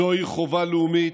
זוהי חובה לאומית,